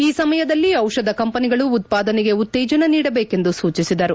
ಈ ಸಮಯದಲ್ಲಿ ದಿಷಧ ಕಂಪನಿಗಳು ಉತ್ಪಾದನೆಗೆ ಉತ್ತೇಜನ ನೀಡಬೇಕೆಂದು ಸೂಚಿಸಿದರು